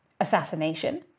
assassination